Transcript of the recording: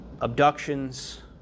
abductions